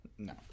No